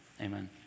amen